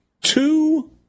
Two